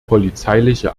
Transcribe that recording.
polizeiliche